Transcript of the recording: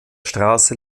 straße